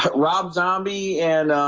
but rob zombie and